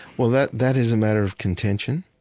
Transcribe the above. well that that is a matter of contention.